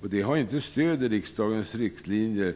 Dessa tillägg har inte stöd i riksdagens riktlinjer,